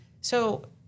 So-